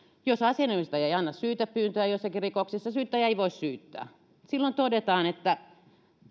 jos asianomistaja ei anna syytepyyntöä joissakin rikoksissa syyttäjä ei voi syyttää silloin todetaan että